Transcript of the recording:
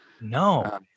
no